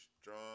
strong